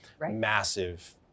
Massive